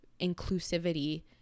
inclusivity